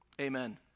Amen